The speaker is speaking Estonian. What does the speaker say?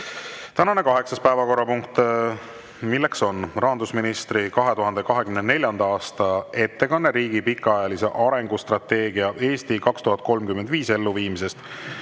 Tänane kaheksas päevakorrapunkt on rahandusministri 2024. aasta ettekanne riigi pikaajalise arengustrateegia "Eesti 2035" elluviimisest,